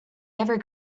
ever